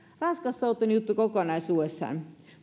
raskassoutuinen juttu kokonaisuudessaan